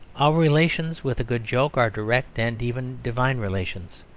our relations with a good joke are direct and even divine relations.